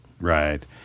Right